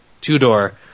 two-door